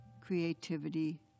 creativity